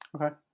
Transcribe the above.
okay